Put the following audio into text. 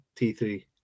t3